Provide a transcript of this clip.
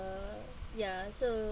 err ya so